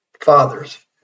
fathers